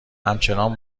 همچنان